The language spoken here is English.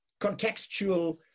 contextual